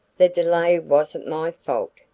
the delay wasn't my fault,